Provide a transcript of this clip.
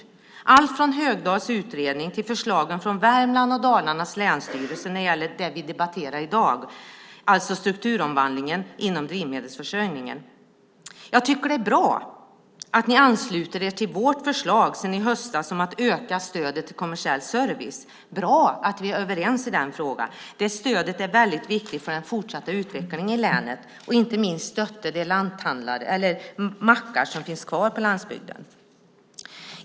Det handlar om allt från Högdahls utredning till förslagen från länsstyrelserna i Värmland och Dalarna när det gäller det vi debatterar i dag, det vill säga strukturomvandlingen inom drivmedelsförsörjningen. Jag tycker att det är bra att ni ansluter er till vårt förslag från i höstas om att öka stödet till kommersiell service. Det är bra att vi är överens i den frågan. Det stödet är väldigt viktigt för den fortsatta utvecklingen i länet, och inte minst för att stötta de mackar som finns kvar på landsbygden.